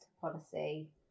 policy